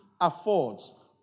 affords